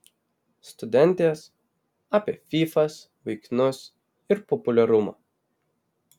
studentės apie fyfas vaikinus ir populiarumą